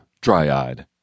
dry-eyed